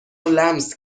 لمس